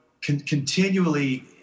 continually